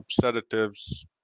sedatives